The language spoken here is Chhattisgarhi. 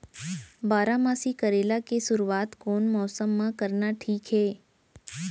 बारामासी करेला के शुरुवात कोन मौसम मा करना ठीक हे?